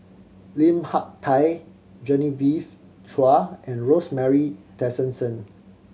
Lim Hak Tai Genevieve Chua and Rosemary Tessensohn